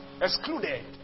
Excluded